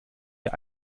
ihr